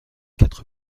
quatre